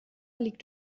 liegt